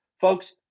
Folks